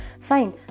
fine